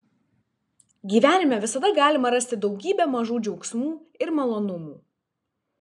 gyvenime visada galima rasti daugybę mažų džiaugsmų ir malonumų